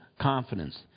confidence